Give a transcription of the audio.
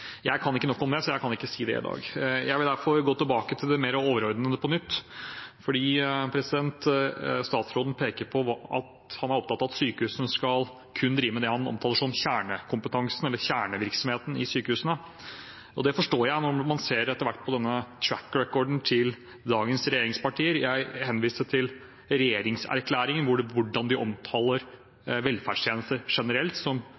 Jeg kan ikke nok om det, så jeg kan ikke si det i dag. Jeg vil derfor på nytt gå tilbake til det mer overordnede. Statsråden peker på at han er opptatt av at sykehusene kun skal drive med det han omtaler som kjernekompetansen eller kjernevirksomheten i sykehusene, og det forstår jeg, når man etter hvert ser på dagens regjeringspartiers «track record». Jeg henviste til regjeringserklæringen, hvordan de omtaler velferdstjenester generelt som